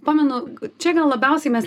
pamenu čia gal labiausiai mes